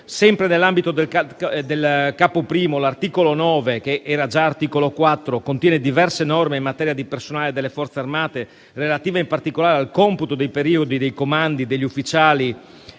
Sempre nell'ambito del Capo I l'articolo 9, che era già articolo 4, contiene diverse norme in materia di personale delle Forze armate, relative in particolare al computo dei periodi dei comandi degli ufficiali